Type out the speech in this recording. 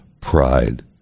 pride